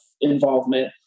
involvement